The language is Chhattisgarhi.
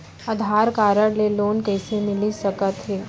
आधार कारड ले लोन कइसे मिलिस सकत हे?